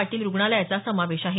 पाटील रुग्णालयाचा समावेश आहे